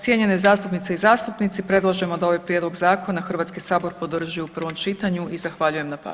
Cijenjene zastupnice i zastupnici predlažemo da ovaj prijedlog zakona Hrvatski sabor podrži u prvom čitanju i zahvaljujem na